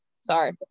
sorry